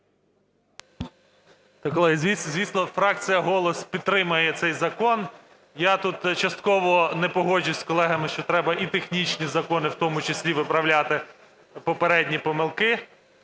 В.В. Колеги, звісно, фракція "Голос" підтримає цей закон. Я тут частково не погоджусь з колегами, що треба і технічні закони, в тому числі виправляти попередні помилки.